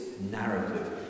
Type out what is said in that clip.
narrative